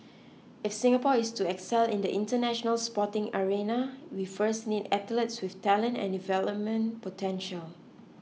if Singapore is to excel in the International Sporting arena we first need athletes with talent and development potential